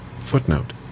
footnote